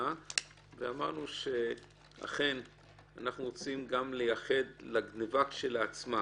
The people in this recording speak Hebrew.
ואמרנו שאכן אנחנו רוצים גם לייחד לגניבה כשלעצמה,